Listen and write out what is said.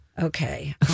Okay